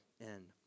end